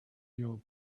your